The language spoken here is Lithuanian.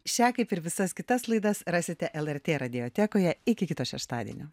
šią kaip ir visas kitas laidas rasite lrt radiotekoje iki kito šeštadienio